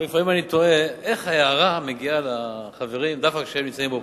לפעמים אני תוהה איך ההארה מגיעה לחברים דווקא כשהם נמצאים באופוזיציה,